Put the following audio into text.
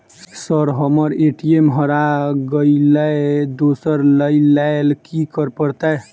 Sir हम्मर ATM हरा गइलए दोसर लईलैल की करऽ परतै?